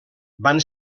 van